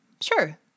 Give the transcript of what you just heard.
Sure